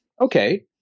Okay